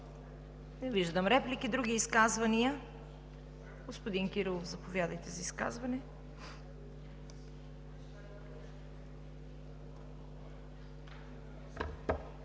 виждам. Други изказвания? Господин Кирилов, заповядайте за изказване.